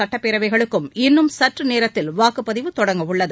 சட்டப்பேரவைகளுக்கும் இன்னும் சற்று நேரத்தில் வாக்குப்பதிவு தொடங்க உள்ளது